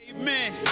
Amen